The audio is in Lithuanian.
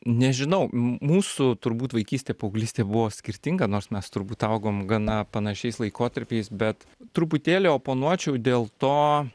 nežinau mūsų turbūt vaikystė paauglystė buvo skirtinga nors mes turbūt augom gana panašiais laikotarpiais bet truputėlį oponuočiau dėl to